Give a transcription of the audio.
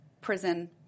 prison